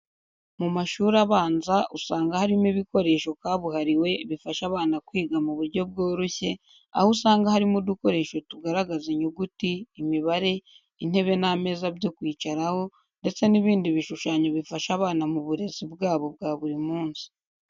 Mu mashuri abanza usanga harimo ibikoresho kabuhariwe bifasha abana kwiga mu buryo bworoshye, aho usanga harimo udukoresho tugaragaza inyuguti, imibare, intebe n'ameza byo kwicaraho ndetse n'ibindi bishushanyo bifasha abana mu burezi bwabo bwa buri munsi.